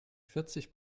vierzig